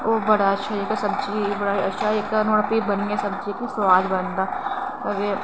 ओह् बड़ा अच्छा जेह्का सब्जियै च बड़ा अच्छा जेह्का भी सब्जियै सोआद बनदा ते